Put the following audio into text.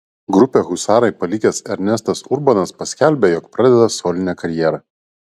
grupę husarai palikęs ernestas urbonas paskelbė jog pradeda solinę karjerą